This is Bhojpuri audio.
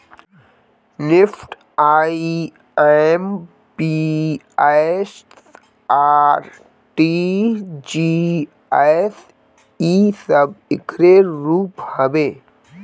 निफ्ट, आई.एम.पी.एस, आर.टी.जी.एस इ सब एकरे रूप हवे